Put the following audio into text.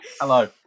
hello